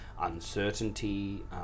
uncertainty